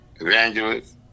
evangelist